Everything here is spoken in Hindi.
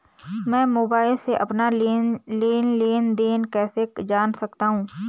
मैं मोबाइल से अपना लेन लेन देन कैसे जान सकता हूँ?